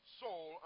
soul